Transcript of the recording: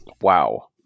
Wow